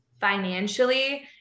financially